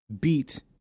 Beat